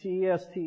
TEST